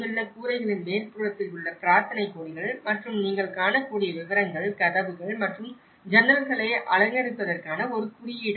கூரைகளின் மேற்புறத்தில் உள்ள பிரார்த்தனைக் கொடிகள் மற்றும் நீங்கள் காணக்கூடிய விவரங்கள் கதவுகள் மற்றும் ஜன்னல்களை அலங்கரிப்பதற்கான ஒரு குறியீடாகும்